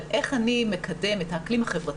על איך אני מקדם את האקלים החברתי.